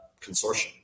consortium